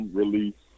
release